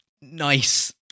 nice